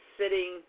sitting